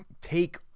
take